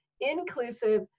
inclusive